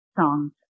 songs